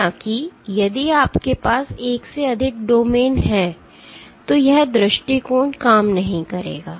हालाँकि यदि आपके पास एक से अधिक डोमेन हैं तो यह दृष्टिकोण काम नहीं करेगा